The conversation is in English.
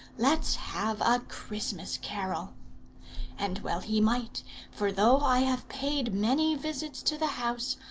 let's have a christmas carol and well he might for though i have paid many visits to the house,